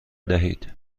دهید